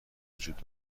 وجود